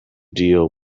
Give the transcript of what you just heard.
deal